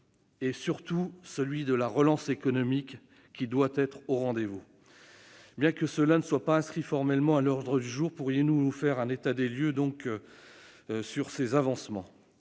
et surtout celui de la relance économique, qui doit être au rendez-vous. Bien que cela ne soit pas inscrit formellement à l'ordre du jour, pourriez-vous nous dresser un état des lieux de son avancée ?